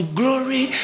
glory